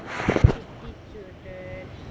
how to teach children